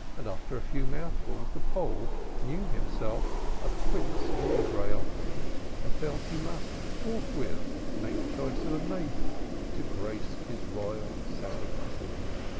and after a few mouthfuls, the pole knew himself a prince in israel and felt he must forthwith make choice of a maiden to grace his royal sabbath board.